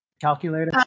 Calculator